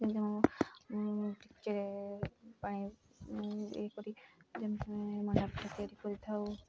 ଯେମିତିରେ ପାଣି ଇଏ କରି ଆମ ତିଆରି କରିଥାଉ